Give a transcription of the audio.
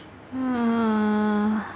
err